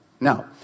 Now